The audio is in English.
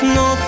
no